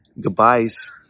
goodbyes